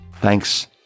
Thanks